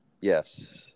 Yes